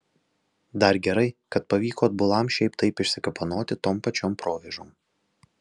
dar gerai kad pavyko atbulam šiaip taip išsikapanoti tom pačiom provėžom